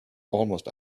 almost